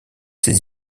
ces